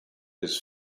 his